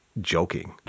joking